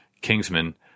Kingsman